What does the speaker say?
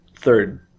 third